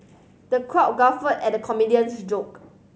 the crowd guffawed at the comedian's joke